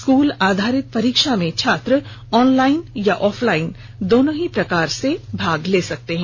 school आधारित परीक्षा में छात्र ऑनलाइन या ऑफलाइन दोनों ही प्रकार से भाग ले सकते हैं